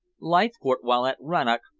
leithcourt, while at rannoch,